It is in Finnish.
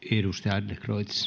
ärade